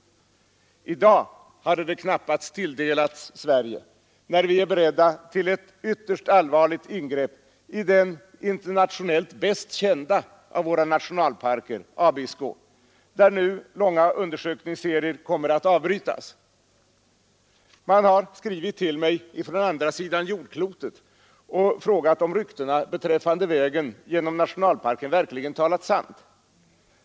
I dag hade det knappast tilldelats Sverige, när vårt land är berett till ett ytterst allvarligt ingrepp i den internationellt bäst kända av våra nationalparker, Abisko, där nu långa undersökningsserier kommer att avbrytas. Man har skrivit till mig från andra sidan jordklotet och frågat om ryktena beträffande vägen genom nationalparken verkligen talat sant.